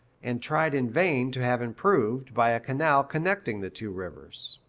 and tried in vain to have improved by a canal connecting the two rivers.